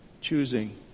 choosing